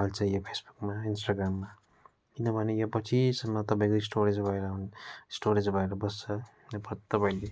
हाल्छ यो फेसबुकमा इन्स्टाग्राममा किनभने यो पछिसम्म तपाईँको स्टोरेज भएर स्टोरेज भएर बस्छ अब तपाईँहरूले